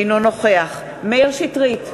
אינו נוכח מאיר שטרית,